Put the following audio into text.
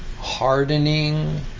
hardening